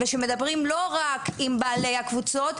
ושמדברים לא רק עם בעלי הקבוצות,